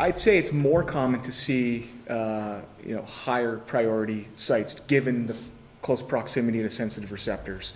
i'd say it's more common to see you know higher priority sites given the close proximity to sensitive or sectors